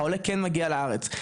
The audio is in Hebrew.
העולה כן מגיע לארץ,